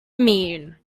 mean